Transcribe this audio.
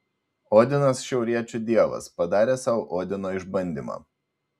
odinas šiauriečių dievas padaręs sau odino išbandymą